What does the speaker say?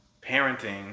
parenting